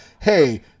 hey